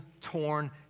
torn